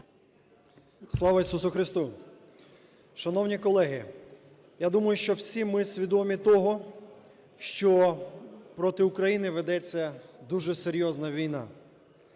Слава Ісусу Христу! Шановні колеги, я думаю, що всі ми свідомі того, що проти України ведеться дуже серйозна війна.